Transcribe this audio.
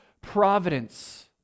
providence